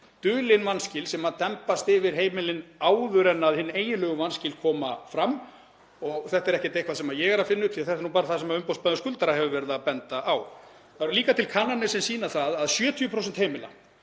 dulin vanskil sem dembast yfir heimilin áður en hin eiginlegu vanskil koma fram. Þetta er ekki eitthvað sem ég er að finna upp, þetta er nú bara það sem umboðsmaður skuldara hefur verið að benda á. Það eru líka til kannanir sem sýna það að 70% heimila